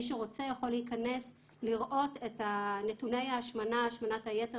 מי שרוצה יכול להיכנס לראות את נתוני השמנת היתר